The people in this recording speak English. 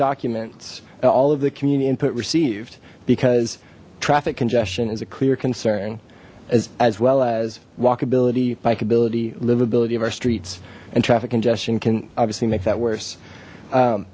documents and all of the community input received because traffic congestion is a clear concern as as well as walkability bikeability livability of our streets and traffic congestion can obviously make that worse